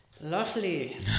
Lovely